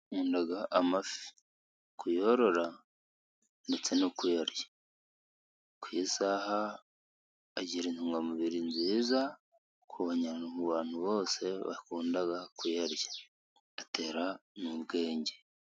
Nkunda amafi. Kuyorora ndetse no kuyarya. Ku isaha agira intungamubiri nziza, ku bantu bose bakunda kuyarya. Atera n'ubwenge.